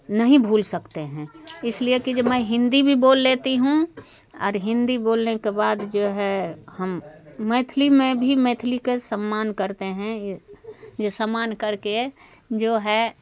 नहीं भूल सकते हैं इसलिए की जो मैं हिंदी भी बोल लेती हूँ आर हिंदी बोलने के बाद जो है हम मैथिली में भी मैथिली के सम्मान करते हैं यह सम्मान करके जो है